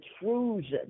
intrusion